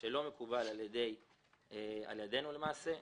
שלא מקובל עלינו למעשה.